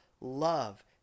love